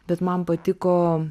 bet man patiko